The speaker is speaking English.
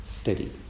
steady